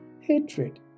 hatred